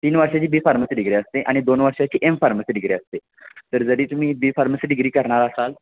तीन वर्षाची B pharmacy degree असते आणि दोन वर्षाची एम फार्मसि डीग्री असते तर जरी तुम्ही बी फार्मसि डीग्री करणार असाल